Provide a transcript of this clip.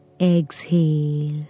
exhale